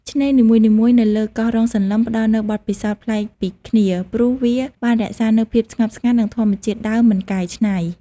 ឆ្នេរនីមួយៗនៅលើកោះរ៉ុងសន្លឹមផ្តល់នូវបទពិសោធន៍ប្លែកពីគ្នា ព្រោះវាបានរក្សានូវភាពស្ងប់ស្ងាត់ និងធម្មជាតិដើមមិនកែច្នៃ។